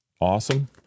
Awesome